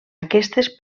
aquestes